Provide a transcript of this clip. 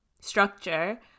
structure